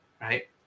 right